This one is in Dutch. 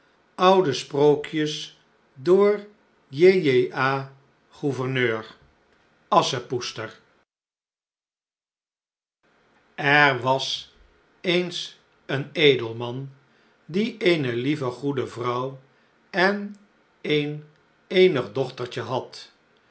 oude sprookjes door j j a goeverneur oude sprookjes asschepoester er was eens een edelman die eene lieve goede vrouw en een eenig dochtertje had